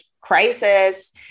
crisis